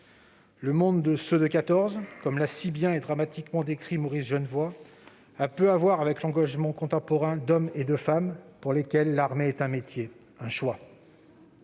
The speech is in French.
Le monde de « Ceux de 14 », comme l'a si bien et dramatiquement décrit Maurice Genevoix, a peu à voir avec l'engagement contemporain d'hommes et de femmes pour lesquels l'armée est un métier, un choix.